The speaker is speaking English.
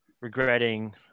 regretting